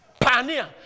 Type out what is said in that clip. pioneer